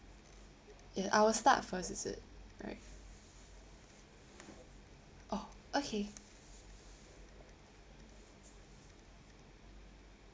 ya I will start first is it right oh okay